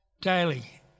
Daily